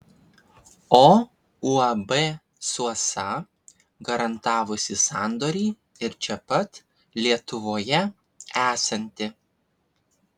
o uab suosa garantavusi sandorį ir čia pat lietuvoje esanti